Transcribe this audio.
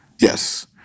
Yes